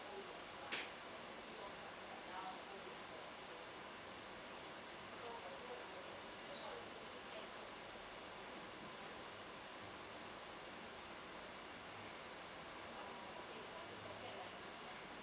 ya